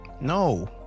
No